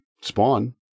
spawn